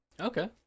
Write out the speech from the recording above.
Okay